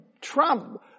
Trump